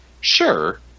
Sure